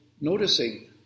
noticing